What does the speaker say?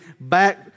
back